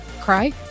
cry